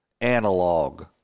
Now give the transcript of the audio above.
analog